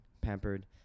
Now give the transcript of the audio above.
pampered